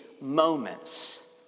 moments